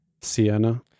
Sienna